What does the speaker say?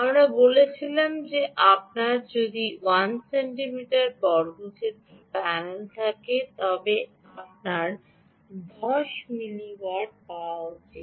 আমরা বলেছিলাম যে আপনার যদি 1 সেন্টিমিটার বর্গক্ষেত্র প্যানেল থাকে তবে আপনার 10 মিলিওয়াট পাওয়া উচিত